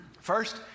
First